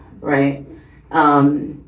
right